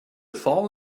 fall